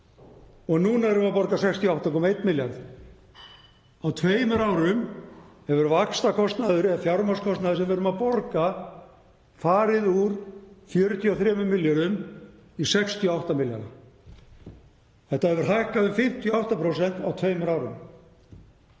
og núna erum við að borga 68,1 milljarð. Á tveimur árum hefur vaxtakostnaður eða fjármagnskostnaður sem við erum að borga farið úr 43 milljörðum í 68 milljarða. Þetta hefur hækkað um 58% á tveimur árum.